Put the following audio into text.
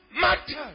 matters